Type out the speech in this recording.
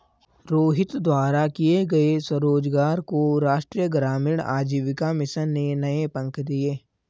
रोहित द्वारा किए गए स्वरोजगार को राष्ट्रीय ग्रामीण आजीविका मिशन ने नए पंख दिए